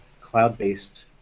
cloud-based